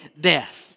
death